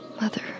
Mother